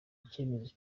icyemezo